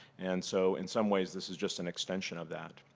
and so in some ways this is just an extension of that.